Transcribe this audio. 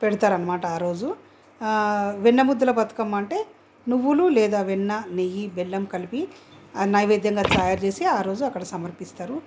పెడతారు అన్న మాట ఆ రోజు వెన్నముద్దల బతుకమ్మ అంటే నువ్వులు లేదా వెన్న నెయ్యి బెల్లం కలిపి నైవేద్యంగా తయారుచేసే ఆ రోజు అక్కడ సమర్పిస్తారు